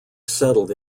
settled